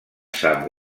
sap